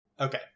Okay